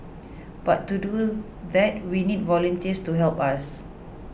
but to do that we need volunteers to help us